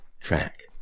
track